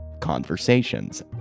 conversations